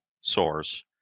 source